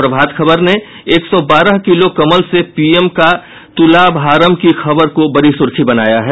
प्रभात खबर ने एक सौ बारह किलो कमल से पीएम का तुलाभारम की खबर को बड़ी सुर्खी बनाया है